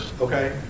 Okay